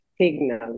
signal